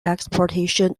exportation